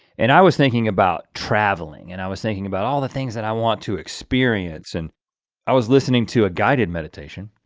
and i was thinking about traveling and i was thinking about all the things that i want to experience and i was listening to a guided meditation.